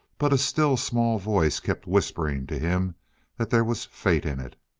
but a still small voice kept whispering to him that there was fate in it.